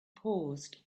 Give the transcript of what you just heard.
paused